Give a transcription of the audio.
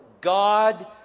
God